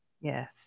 Yes